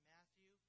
Matthew